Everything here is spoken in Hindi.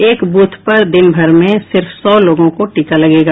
एक बूथ पर दिनभर में सिर्फ सौ लोगों को टीका लगेगा